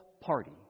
party